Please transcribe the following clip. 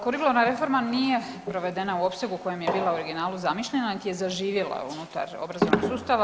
Kurikularna reforma nije provedena u opsegu u kojem je bila u originalu zamišljena, niti je zaživjela unutar obrazovnog sustava.